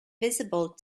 visible